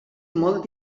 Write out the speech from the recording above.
molt